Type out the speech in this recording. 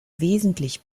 wesentlich